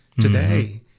today